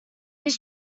his